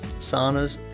saunas